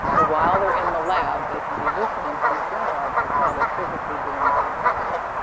ah while they're in the lab, they can be listening to these journal articles while they're physically doing some other thing.